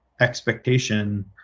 expectation